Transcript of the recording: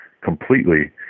completely